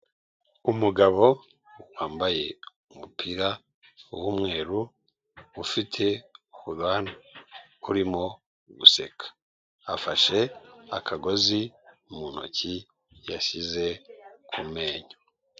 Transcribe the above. Umugabo wambaye umupira w'umweru, ufite ubwanwa, urimo guseka. Afashe akagozi mu ntoki, yashyize ku menyo.